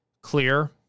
clear